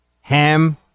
ham